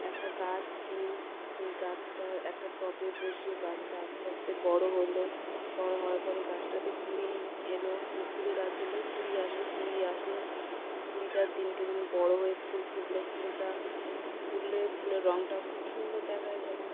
একটা গাছ কিনে সেই গাছটা একটা টবে বসিয়ে গাছটা আস্তে আস্তে বড় হল বড় হওয়ার পরে গাছটাতে কুঁড়ি এলো ফুল গাছ হল কুঁড়ি আসবে কুঁড়ি আসলে কুঁড়িটা দিনকে দিন বড় হয়ে ফুল ফুটলো ফুলটা ফুটলে ফুলের রংটা খুব সুন্দর দেখায় যেমন